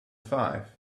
five